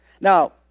Now